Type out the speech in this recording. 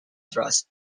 thrust